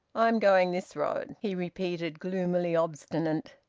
i'm going this road, he repeated, gloomily obstinate.